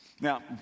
Now